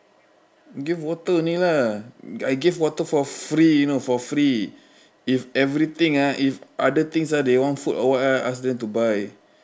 give water only lah I give water for free you know for free if everything ah if other things ah they want food or what ah ask them to buy